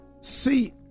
See